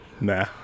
Nah